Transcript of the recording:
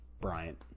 Bryant